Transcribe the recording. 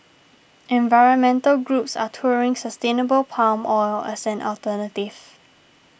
environmental groups are touting sustainable palm oil as an alternative